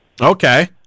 Okay